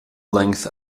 length